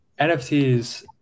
nfts